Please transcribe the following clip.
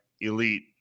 elite